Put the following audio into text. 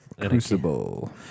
Crucible